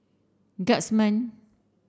guardsman